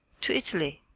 to italy,